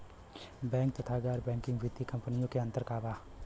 Bank तथा गैर banking वित्तीय कम्पनीयो मे अन्तर का बा?